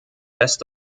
best